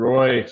Roy